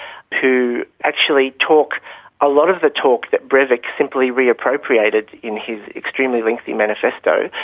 who actually talk a lot of the talk that breivik simply reappropriated in his extremely lengthy manifesto,